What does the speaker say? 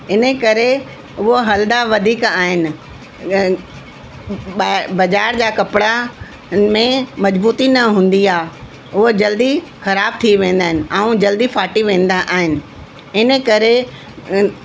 इनकरे उहो हल्दा वधीक आहिनि ग ॿाहिरि बज़ारि जा कपिड़ा हिन में मज़बूती न हूंदी आहे उहो जल्दी ख़राबु थी वेंदा आहिनि ऐं जल्दी फाटी वेंदा आहिनि इनकरे